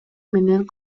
менен